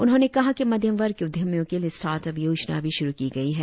उन्होंने कहा कि मध्यम वर्ग के उद्यमियों के लिए स्टार्ट अप योजना भी शुरु की गई है